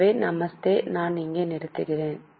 எனவே நமஸ்தே இங்கே நிறுத்துவோம்